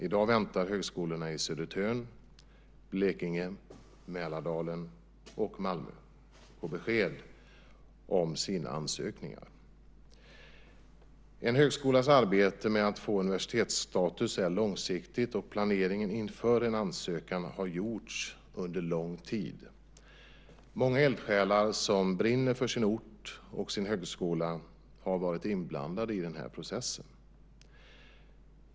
I dag väntar högskolorna i Södertörn, Blekinge, Mälardalen och Malmö på besked om sina ansökningar. En högskolas arbete med att få universitetsstatus är långsiktigt, och planeringen inför en ansökan har gjorts under lång tid. Många eldsjälar som brinner för sin ort och sin högskola har varit inblandade i den här processen.